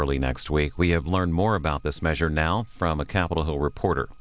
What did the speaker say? early next week we have learned more about this measure now from a capitol hill reporter